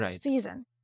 season